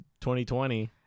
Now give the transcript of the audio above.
2020